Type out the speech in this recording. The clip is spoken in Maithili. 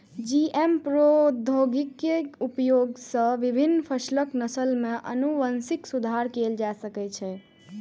जी.एम प्रौद्योगिकी के उपयोग सं विभिन्न फसलक नस्ल मे आनुवंशिक सुधार कैल जा सकै छै